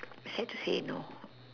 sad to say no